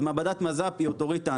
אז מעבדת מז"פ היא אוטוריטה,